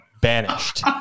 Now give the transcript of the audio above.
banished